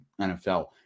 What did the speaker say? NFL